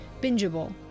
bingeable